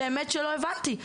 באמת שלא הבנתי.